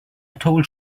told